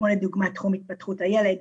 כמו לדוגמא תחום התפתחות הילד,